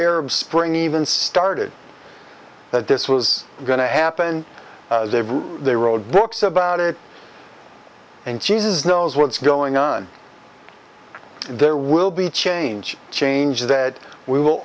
arab spring even started that this was going to happen they wrote books about it and jesus knows what's going on there will be change change that we will